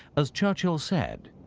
as churchill said,